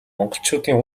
монголчуудын